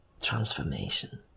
transformation